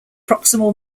proximal